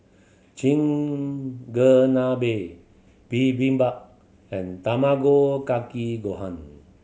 Chigenabe Bibimbap and Tamago Kake Gohan